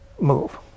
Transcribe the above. move